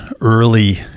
early